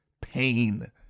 pain